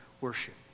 worship